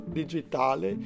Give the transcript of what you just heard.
digitale